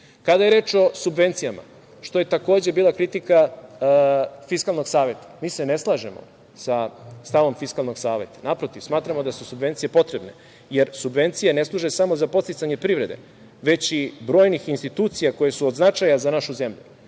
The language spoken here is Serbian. je reč o subvencija, što je takođe bila kritika Fiskalnog saveta. Mi se ne slažemo sa stavom Fiskalnog saveta. Naprotiv, smatramo da su subvencije potrebne, jer subvencije ne služe samo za podsticanje privrede, već i brojnih institucija koje su od značaja za našu zemlju.